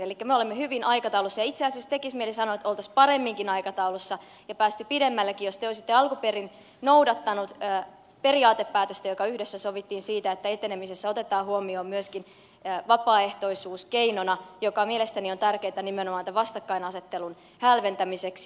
elikkä me olemme hyvin aikataulussa ja itse asiassa tekisi mieli sanoa että olisimme paremminkin aikataulussa ja päässeet pidemmällekin jos te olisitte alun perin noudattanut periaatepäätöstä joka yhdessä sovittiin siitä että etenemisessä otetaan huomioon myöskin vapaaehtoisuus keinona mikä mielestäni on tärkeätä nimenomaan tämän vastakkainasettelun hälventämiseksi